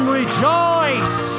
rejoice